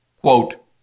quote